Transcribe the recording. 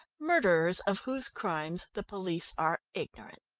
murderers, of whose crimes the police are ignorant.